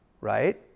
right